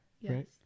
Yes